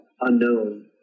unknown